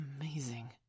amazing